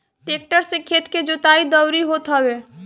tractor से खेत के जोताई, दवरी होत हवे